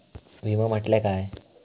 विमा म्हटल्या काय?